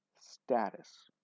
status